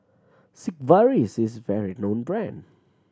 Sigvaris is a well known brand